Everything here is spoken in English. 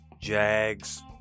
Jags